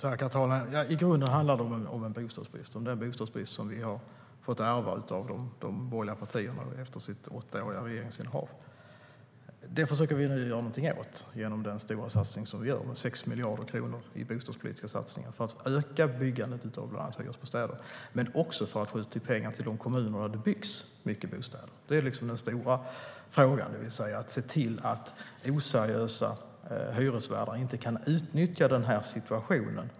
Herr talman! I grunden handlar det om den bostadsbrist vi har fått ärva av de borgerliga partierna efter deras åttaåriga regeringsinnehav. Det försöker vi nu göra någonting åt med hjälp av de 6 miljarderna i bostadspolitiska satsningar för att öka byggandet av bland annat hyresbostäder. Det ska också skjutas till pengar till de kommuner där det byggs många bostäder. Den stora frågan är att se till att oseriösa hyresvärdar inte kan utnyttja situationen.